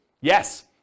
Yes